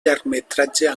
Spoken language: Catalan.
llargmetratge